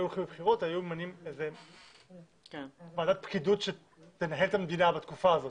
ממנים ועדת פקידות שתנהל את המדינה בתקופה הזאת,